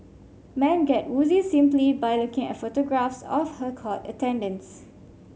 man get woozy simply by looking at photographs of her court attendance